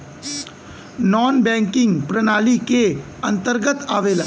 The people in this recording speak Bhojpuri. नानॅ बैकिंग प्रणाली के अंतर्गत आवेला